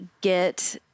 get